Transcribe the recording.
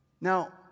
Now